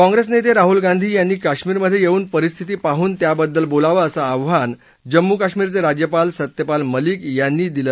काँग्रेस नेते राहूल गांधी यांनी कश्मीरमधे येऊन परिस्थिती पाहून त्याबद्दल बोलावं असं आव्हान जम्मू कश्मीरचे राज्यपाल सत्यपाल मलिक यांनी काल केलं